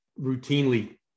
routinely